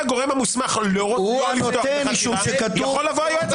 הגורם המוסמך --- הוא הנותן משום שכתוב.